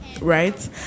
right